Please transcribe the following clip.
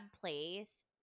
place